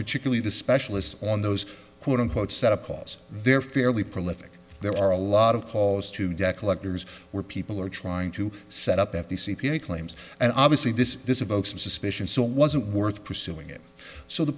particularly the specialists on those quote unquote set up cause they're fairly prolific there are a lot of calls to debt collectors where people are trying to set up at the c p a claims and obviously this this evokes some suspicion so it wasn't worth pursuing it so the